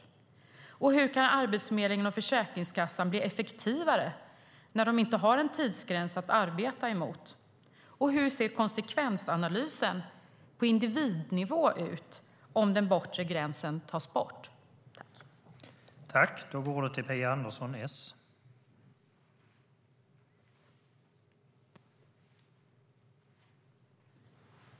Hur kan Arbetsförmedlingen och Försäkringskassan bli effektivare när de inte har en tidsgräns att arbeta emot? Hur ser konsekvensanalysen på individnivå ut om den bortre gränsen tas bort?